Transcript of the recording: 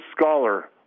Scholar